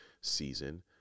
season